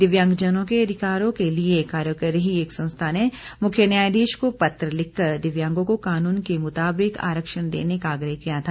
दिव्यांगों के अधिकारों के लिए कार्य कर रही एक संस्था ने मुख्य न्यायाधीश को पत्र लिखकर दिव्यांगों को कानून के मुताबिक आरक्षण देने का आग्रह किया था